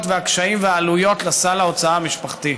והקשיים והעלויות של סל ההוצאה המשפחתי.